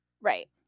Right